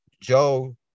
Joe